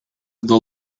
the